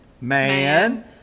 Man